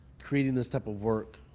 creating this type of work,